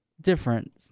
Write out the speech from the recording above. different